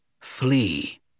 Flee